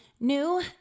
new